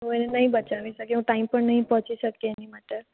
હું એને ન બચાવી શકી હું ટાઈમ પર ન પહોંચી શકી એની માટે